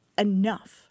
Enough